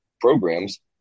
programs